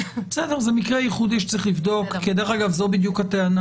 זה מקרה ייחודי שצריך לבדוק כי דרך אגב זו בדיוק הטענה